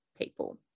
people